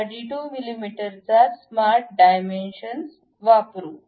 32 मिमी चा smart dimension वापरू